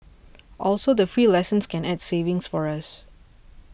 also the free lessons can add savings for us